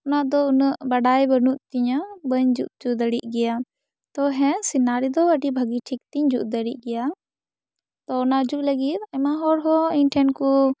ᱚᱱᱟ ᱫᱚ ᱩᱱᱟᱹᱜ ᱵᱟᱰᱟᱭ ᱵᱟᱹᱱᱩᱜ ᱛᱤᱧᱟᱹ ᱵᱟᱹᱧ ᱡᱩᱛ ᱪᱚ ᱫᱟᱲᱮᱜ ᱜᱮᱭᱟ ᱛᱚ ᱦᱮᱸ ᱥᱤᱱᱟᱨᱤ ᱫᱚ ᱟᱹᱰᱤ ᱵᱷᱟᱜᱮ ᱴᱷᱤᱠ ᱛᱤᱧ ᱡᱩᱛ ᱫᱟᱲᱮᱜ ᱜᱮᱭᱟ ᱛᱚ ᱚᱱᱟ ᱡᱩᱛ ᱞᱟᱹᱜᱤᱫ ᱟᱭᱢᱟ ᱦᱚᱲ ᱦᱚᱸ ᱤᱧ ᱴᱷᱮᱱ ᱠᱚ